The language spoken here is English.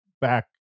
back